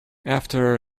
after